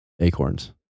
Acorns